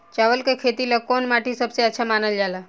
चावल के खेती ला कौन माटी सबसे अच्छा मानल जला?